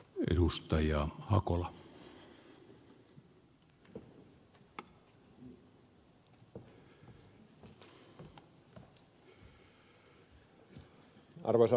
arvoisa herra puhemies